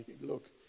look